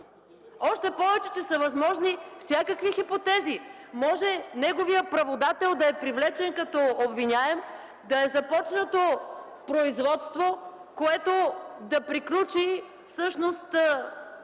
Още повече че са възможни всякакви хипотези – може неговият праводател да е привлечен като обвиняем, да е започнато производство, което да приключи, всъщност